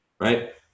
right